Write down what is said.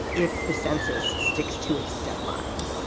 if the census sticks to its deadline.